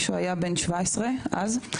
שהיה בן 17 אז,